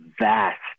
vast